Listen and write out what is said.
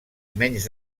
menys